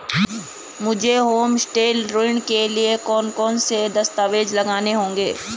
मुझे होमस्टे ऋण के लिए कौन कौनसे दस्तावेज़ लगाने होंगे?